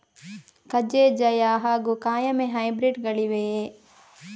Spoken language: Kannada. ಕಜೆ ಜಯ ಹಾಗೂ ಕಾಯಮೆ ಹೈಬ್ರಿಡ್ ಗಳಿವೆಯೇ?